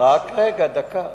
הדבר השני, רק רגע, דקה.